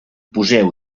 poseu